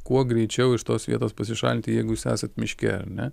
kuo greičiau iš tos vietos pasišalinti jeigu jūs esat miške ar ne